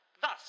thus